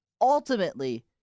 ultimately